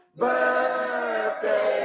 birthday